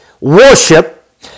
worship